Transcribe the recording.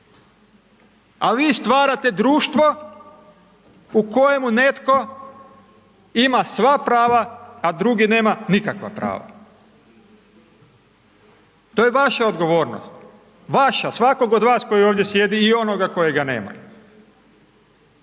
a vi stvarate društvo u kojemu netko ima sva prava, a drugi nema nikakva prava, to je vaša odgovornost, vaša, svakog od vas koji ovdje sjedi i onoga kojega nema,